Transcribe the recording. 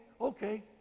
okay